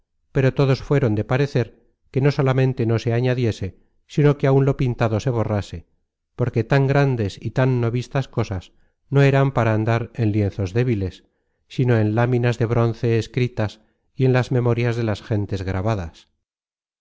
pero todos fueron de parecer que no solamente no se añadiese sino que áun lo pintado se borrase porque tan grandes y tan no vistas cosas no eran para andar en lienzos débiles sino en láminas de bronce escritas y en content from google book search generated at las memorias de las gentes grabadas